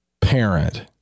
parent